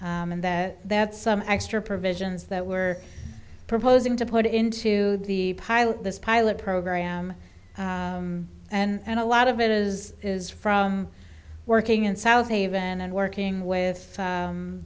and that that some extra provisions that were proposing to put into the pilot this pilot program and a lot of it is is from working in south haven and working with